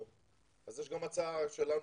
משרד העלייה והקליטה,